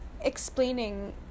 explaining